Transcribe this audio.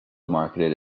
marketed